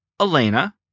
Elena